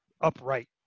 upright